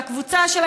של הקבוצה שלה,